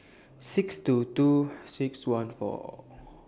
six two two six one four